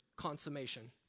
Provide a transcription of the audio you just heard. Consummation